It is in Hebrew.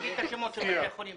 תגיד בבקשה את שמות בתי החולים.